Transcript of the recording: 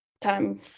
time